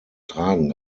tragen